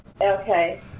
Okay